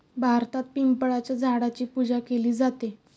भारतात पिंपळाच्या झाडाची पूजा केली जाते